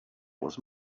was